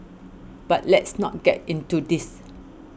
but let's not get into this